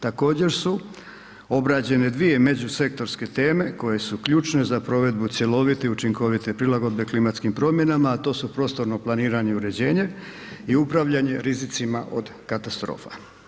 Također su obrađene dvije međusektorske teme koje su ključne za provedbu cjelovite i učinkovite prilagodbe klimatskim promjenama, a to su prostorno planiranje i uređenje i upravljanje rizicima od katastrofa.